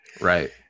Right